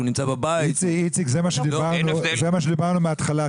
זה מה שאמרנו בהתחלה,